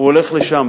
הוא הולך לשם.